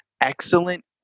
excellent